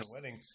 winning